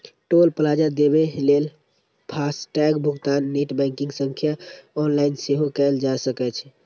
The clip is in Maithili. टोल प्लाजा देबय लेल फास्टैग भुगतान नेट बैंकिंग सं ऑनलाइन सेहो कैल जा सकै छै